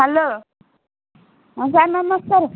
hello ହଁ sir ନମସ୍କାର